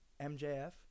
MJF